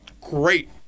great